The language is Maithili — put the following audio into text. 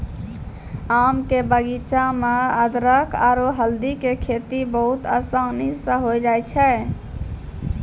आम के बगीचा मॅ अदरख आरो हल्दी के खेती बहुत आसानी स होय जाय छै